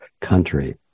country